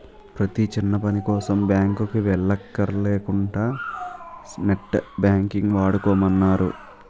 ప్రతీ చిన్నపనికోసం బాంకుకి వెల్లక్కర లేకుంటా నెట్ బాంకింగ్ వాడుకోమన్నారు